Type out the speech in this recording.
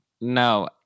No